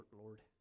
Lord